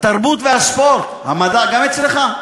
התרבות והספורט, גם המדע אצלך?